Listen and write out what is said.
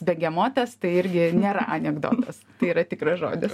begemotas tai irgi nėra anekdotas tai yra tikras žodis